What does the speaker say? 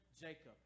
Jacob